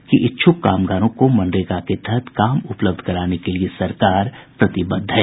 उन्होंने कहा कि इच्छुक कामगारों को मनरेगा के तहत काम उपलब्ध कराने के लिए सरकार प्रतिबद्ध है